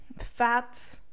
fat